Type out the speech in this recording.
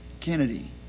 Kennedy